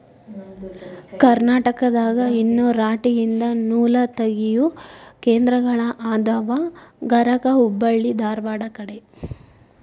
ಕರ್ನಾಟಕದಾಗ ಇನ್ನು ರಾಟಿ ಯಿಂದ ನೂಲತಗಿಯು ಕೇಂದ್ರಗಳ ಅದಾವ ಗರಗಾ ಹೆಬ್ಬಳ್ಳಿ ಧಾರವಾಡ ಕಡೆ